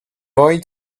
boy